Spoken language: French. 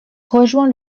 rejoint